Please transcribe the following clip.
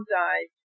died